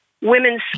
women's